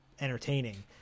entertaining